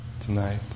tonight